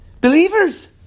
Believers